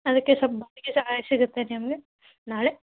ಅದಕ್ಕೆ ಸ್ವಲ್ಪ್ ಬಾಡಿಗೆ ಸಹಾಯ ಸಿಗುತ್ತೆ ನಿಮಗೆ ನಾಳೆ